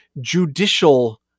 judicial